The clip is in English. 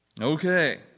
Okay